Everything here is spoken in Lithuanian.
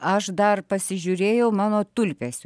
aš dar pasižiūrėjau mano tulpės